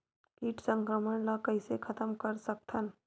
कीट संक्रमण ला कइसे खतम कर सकथन?